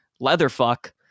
Leatherfuck